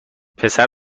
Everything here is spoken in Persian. پسر